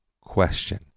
question